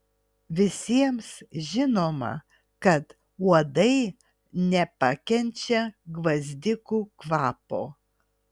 visiems žinoma kad uodai nepakenčia gvazdikų kvapo